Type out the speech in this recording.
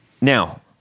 Now